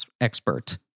expert